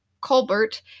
Colbert